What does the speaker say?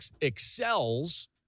excels